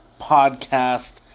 Podcast